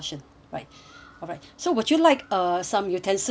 alright so would you like uh some utensils to